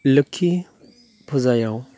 लोक्षि फुजायाव